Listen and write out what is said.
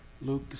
Luke